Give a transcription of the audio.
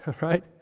right